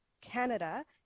Canada